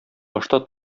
башта